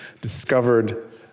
discovered